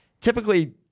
typically